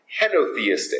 henotheistic